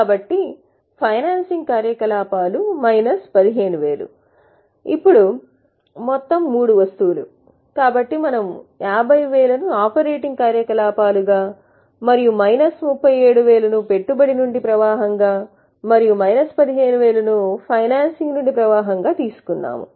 కాబట్టి ఫైనాన్సింగ్ కార్యకలాపాలు 15000 ఇప్పుడు మొత్తం మూడు వస్తువుల మొత్తం కాబట్టి మనము 50000 ను ఆపరేటింగ్ కార్యకలాపాలుగా మరియు మైనస్ 37 ను పెట్టుబడి నుండి ప్రవాహంగా మరియు మైనస్ 15 ను ఫైనాన్సింగ్ నుండి ప్రవాహంగా తీసుకున్నాము